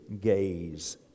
gaze